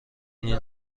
این